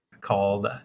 called